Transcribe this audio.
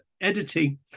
editing